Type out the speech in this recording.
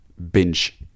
Binge